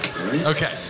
Okay